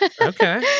Okay